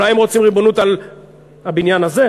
אולי הם רוצים ריבונות על הבניין הזה,